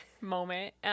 moment